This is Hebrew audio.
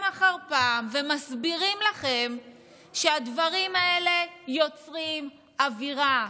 אחר פעם ומסבירים לכם שהדברים האלה יוצרים אווירה.